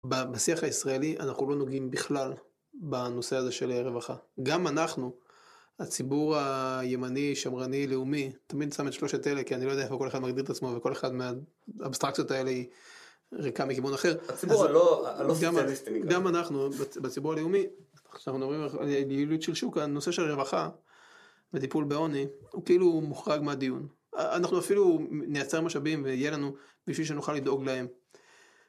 בשיח הישראלי אנחנו לא נוגעים בכלל בנושא הזה של רווחה. גם אנחנו, הציבור הימני, שמרני, לאומי, תמיד שם את שלושת אלה, כי אני לא יודע איפה כל אחד מגדיר את עצמו וכל אחד מהאבסטרקציות האלה היא ריקה מכיוון אחר. הציבור הלא... גם אנחנו, בציבור הלאומי, כשאנחנו מדברים על יעילות של שוק, הנושא של הרווחה וטיפול בעוני הוא כאילו מוחרג מהדיון. אנחנו אפילו נייצר משאבים ויהיה לנו בשביל שנוכל לדאוג להם.